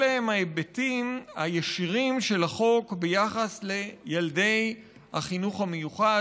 אלה הם ההיבטים הישירים של החוק ביחס לילדי החינוך המיוחד,